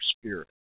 spirit